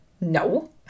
No